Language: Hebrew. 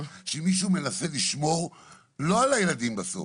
שמישהו מנסה לשמור לא על הילדים בסוף,